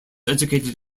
educated